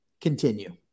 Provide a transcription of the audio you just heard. continue